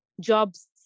jobs